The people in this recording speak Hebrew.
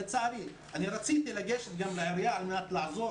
רציתי לגשת לעירייה על מנת לעזור,